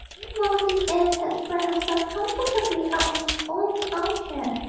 meanwhile his aunt had spread herself comfortably out in his only arm-chair,